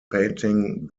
painting